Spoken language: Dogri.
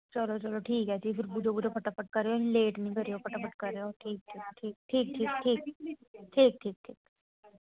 चलो चलो ठीक ऐ फिर पुज्जो फटाफट करेओ लेट नी करेओ फटाफट करेओ ठीक ऐ ठीक ठीक ठीक ठीक ठीक ठीक ठीक